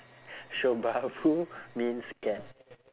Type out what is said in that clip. shobabu means cat